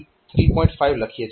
5 લખીએ છીએ